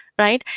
right?